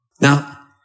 Now